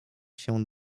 się